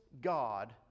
God